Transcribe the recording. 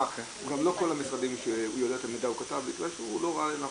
גם לא כל המשרדים שהוא יודע את המידע הוא כתב מכיוון שהוא לא ראה לנכון,